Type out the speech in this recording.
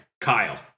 Kyle